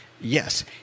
Yes